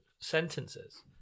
sentences